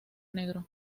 negro